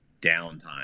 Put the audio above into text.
downtime